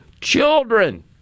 children